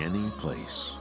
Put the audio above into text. any place